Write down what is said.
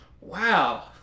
wow